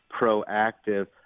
proactive